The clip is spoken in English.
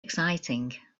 exciting